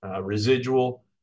residual